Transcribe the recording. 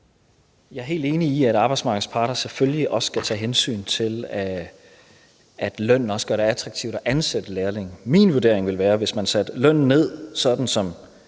Jeg er helt enig i, at arbejdsmarkedets parter selvfølgelig også skal tage hensyn til, at lønnen gør det attraktivt at ansætte lærlinge. Min vurdering ville være, at hvis man satte lønnen med, sådan som